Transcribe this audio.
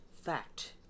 fact